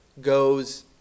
goes